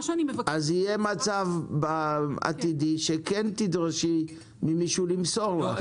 יהיה מצב עתידי שכן תדרשי ממישהו למסור לך.